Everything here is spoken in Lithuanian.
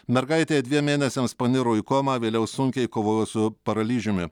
mergaitė dviem mėnesiams paniro į komą vėliau sunkiai kovojo su paralyžiumi